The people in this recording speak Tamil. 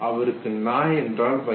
அவருக்கு நாய் என்றால் பயம்